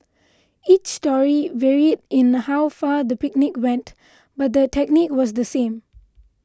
each story varied in how far the picnic went but the technique was the same